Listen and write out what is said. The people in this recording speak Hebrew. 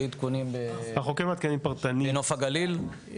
היו עדכונים בנוף הגליל,